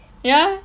ya